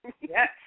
Yes